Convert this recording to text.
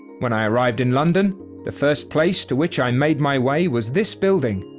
when i arrived in london the first place to which i made my way was this building.